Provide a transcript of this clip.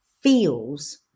feels